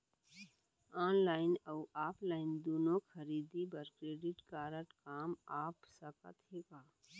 Online अऊ offline दूनो खरीदी बर क्रेडिट कारड काम आप सकत हे का?